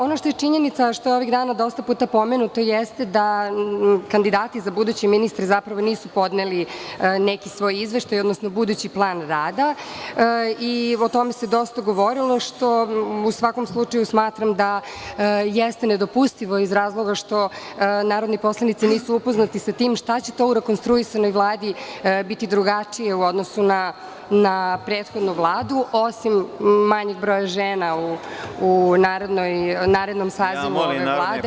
Ono što je činjenica, a što je ovih dana dosta puta pomenuto, jeste da kandidati za buduće ministre zapravo nisu podneli neki svoj izveštaj, odnosno budući plan rada i o tome se dosta govorilo, što u svakom slučaju smatram da jeste nedopustivo iz razloga što narodni poslanici nisu upoznati sa tim šta će to u rekonstruisanoj Vladi biti drugačije u odnosu na prethodnu Vladu, osim manjeg broja žena u narednom sazivu ove vlade.